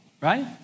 right